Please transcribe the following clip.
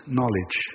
knowledge